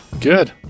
Good